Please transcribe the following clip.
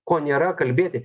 ko nėra kalbėti